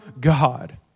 God